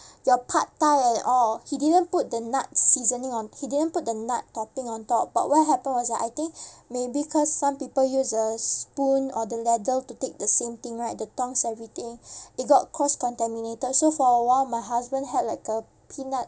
your pad thai and all he didn't put the nut seasoning on he didn't put the nut topping on top but what happened was that I think maybe cause some people use the spoon or the ladle to take the same thing right the tongs everything it got cross contaminated so for a while my husband had like a peanut